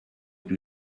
più